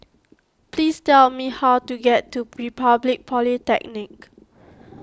please tell me how to get to Republic Polytechnic